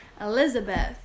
Elizabeth